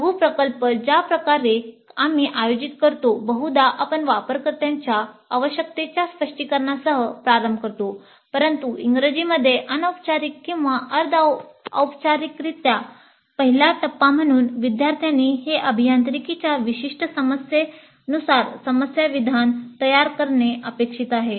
लघु प्रकल्प ज्या प्रकारे आम्ही आयोजित करतो बहुधा आपण वापरकर्त्याच्या आवश्यकतेच्या स्पष्टीकरणासह प्रारंभ करतो परंतु इंग्रजीमध्ये अनौपचारिक किंवा अर्ध औपचारिकरित्या पहिल्या टप्पा म्हणून विद्यार्थ्यांनी ते अभियांत्रिकीच्या विशिष्ट समस्येनुसार समस्या विधान तयार करणे अपेक्षित आहे